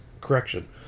Correction